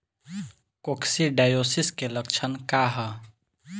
Coccidiosis के लक्षण का ह?